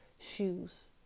shoes